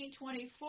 1924